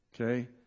Okay